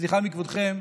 וסליחה מכבודכם,